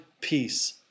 peace